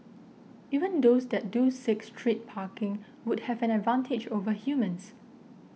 even those that do seek street parking would have an advantage over humans